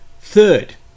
Third